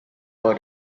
were